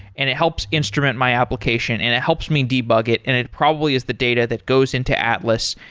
and it helps instrument my application and it helps me debug it and it probably is the data that goes into atlas,